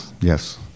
Yes